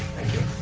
thank you.